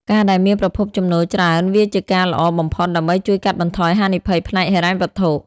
ការដែលមានប្រភពចំណូលច្រើនវាជាការល្អបំផុត ដើម្បីជួយកាត់បន្ថយហានិភ័យផ្នែកហិរញ្ញវត្ថុ។